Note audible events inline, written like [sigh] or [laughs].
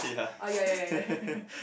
uh ya ya ya [laughs]